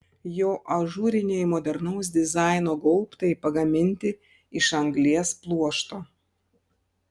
jo ažūriniai modernaus dizaino gaubtai pagaminti iš anglies pluošto